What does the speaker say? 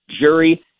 jury